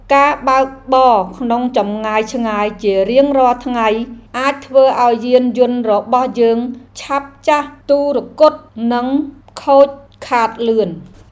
នៅក្នុងប្រទេសកម្ពុជា ការបើកបរក្នុងចម្ងាយឆ្ងាយជារៀងរាល់ថ្ងៃអាចធ្វើឱ្យយានយន្តរបស់យើងឆាប់ចាស់ទុរគត និងខូចខាតលឿន។